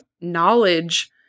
knowledge